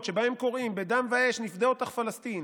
שבהן קוראים "בדם ואש נפדה אותך פלסטין"